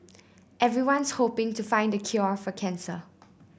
everyone's hoping to find the cure for cancer